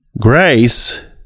grace